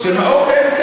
לא כרב עיר.